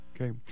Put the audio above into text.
Okay